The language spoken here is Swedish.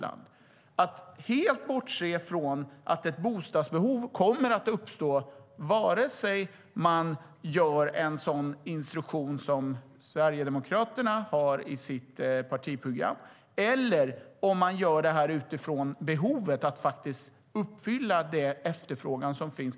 Man kan inte bortse från att ett bostadsbehov kommer att uppstå, vare sig man gör en sådan instruktion som Sverigedemokraterna har i sitt partiprogram eller ser till behovet att uppfylla den efterfrågan som finns.